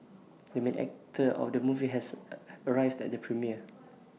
the main actor of the movie has arrived at the premiere